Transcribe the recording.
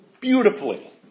beautifully